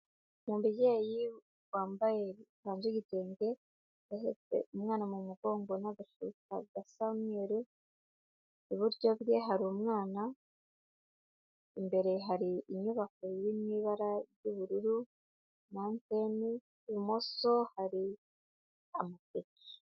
Umu mubyeyi wambaye ikanzu y'igitenge, ahetse umwana mu mugongo n'agashuka gasa umweru, iburyo bwe hari umwana, imbere hari inyubako iri mu ibara ry'ubururu, na anteni, ibumoso hari amateke.